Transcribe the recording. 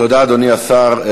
תודה, אדוני השר.